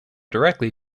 directly